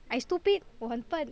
I stupid 我很笨